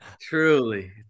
Truly